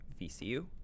VCU